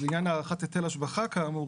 אז לעניין הערכת היטלה השבחה כאמור,